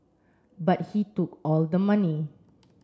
but he took all the money